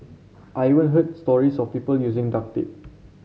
I even heard stories of people using duct tape